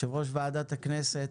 יושב-ראש ועדת הכנסת,